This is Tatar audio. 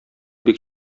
бик